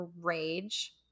rage